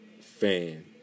fan